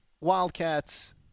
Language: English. Wildcats